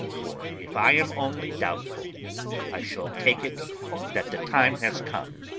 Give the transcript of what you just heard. for if i am only doubtful i shall take it that the time has come!